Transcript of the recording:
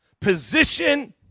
Position